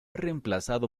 reemplazado